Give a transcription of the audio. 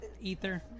Ether